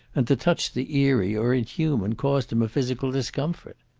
and to touch the eerie or inhuman caused him a physical discomfort.